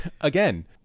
again